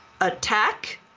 attack